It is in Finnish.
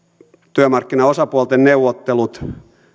työmarkkinaosapuolten neuvottelut